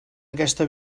aquesta